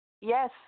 Yes